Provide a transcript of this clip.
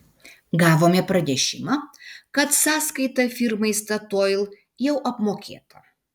gavome pranešimą kad sąskaita firmai statoil jau apmokėta